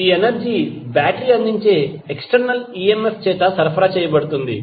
ఈ energy battery అందించే external EMF చేత సరఫరా చేయబడుతుంది